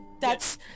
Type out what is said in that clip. that's-